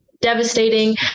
devastating